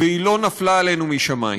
והיא לא נפלה עלינו משמים.